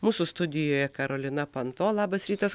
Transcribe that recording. mūsų studijoje karolina panto labas rytas